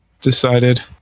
decided